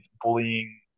bullying